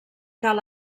cal